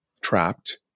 trapped